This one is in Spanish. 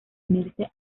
unirse